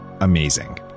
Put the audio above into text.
amazing